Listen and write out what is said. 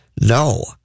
No